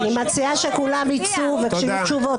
אני מציעה שכולם ייצאו, וכשיהיו תשובות, נחזור.